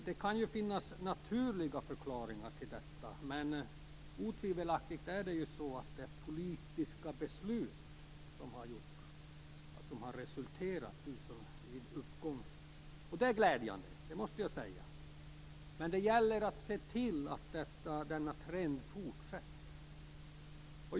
Det kan finnas naturliga förklaringar till detta, men otvivelaktigt har också politiska beslut bidragit till uppgången. Det är glädjande, det måste jag säga, men det gäller att se till att denna trend fortsätter.